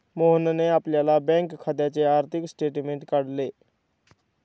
मोहनने आपल्या बँक खात्याचे आर्थिक स्टेटमेंट काढले